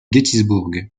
gettysburg